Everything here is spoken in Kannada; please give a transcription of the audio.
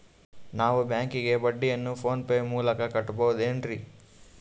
ನಾವು ಬ್ಯಾಂಕಿಗೆ ಬಡ್ಡಿಯನ್ನು ಫೋನ್ ಪೇ ಮೂಲಕ ಕಟ್ಟಬಹುದೇನ್ರಿ?